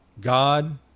God